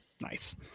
Nice